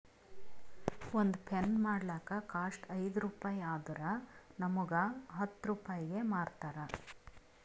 ಒಂದ್ ಪೆನ್ ಮಾಡ್ಲಕ್ ಕಾಸ್ಟ್ ಐಯ್ದ ರುಪಾಯಿ ಆದುರ್ ನಮುಗ್ ಹತ್ತ್ ರೂಪಾಯಿಗಿ ಮಾರ್ತಾರ್